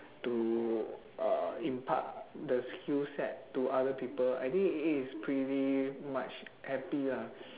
to uh impart the skill set to other people I think it is pretty much happy lah